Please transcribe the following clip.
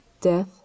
death